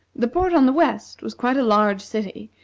the port on the west was quite a large city,